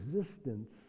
existence